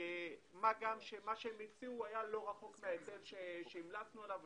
מה גם שמה שהם הציעו היה לא רחוק מההיטל שהמלצנו עליו.